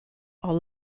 are